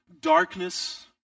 darkness